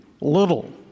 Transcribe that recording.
little